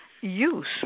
use